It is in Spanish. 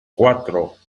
cuatro